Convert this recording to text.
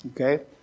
Okay